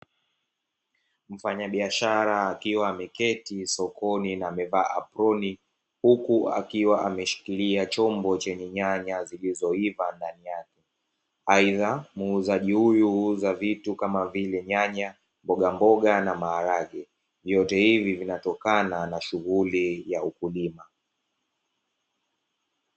Mfanyabiashara akiwa ameketi sokoni na amevaa aproni huku akiwa ameshikilia chombo chenye nyanya zilizoiva ndani yake, aidha muuzaji huyu huuza vitu, kama vile; nyanya , mbogamboga na maharage, vyote hivi vinatokana na shughuli ya ukulima.